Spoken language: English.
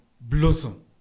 blossom